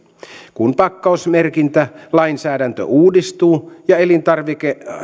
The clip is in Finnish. kun pakkausmerkintälainsäädäntö uudistuu ja elintarvikkeiden